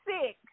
six